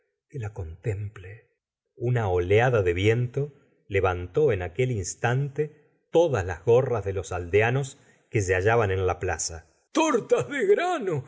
que la contemple una oleada de viento levantó en aquel instante todas las gorras de los aldeanos que se hallaban en la plaza itortas de grano